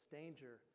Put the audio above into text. danger